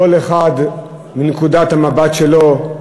כל אחד מנקודת המבט שלו.